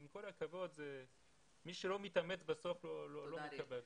עם כל הכבוד, מי שלא מתאמץ, לא מקבל.